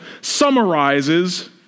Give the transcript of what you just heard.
summarizes